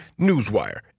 Newswire